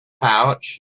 pouch